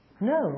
no